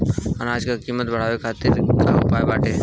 अनाज क कीमत बढ़ावे खातिर का उपाय बाटे?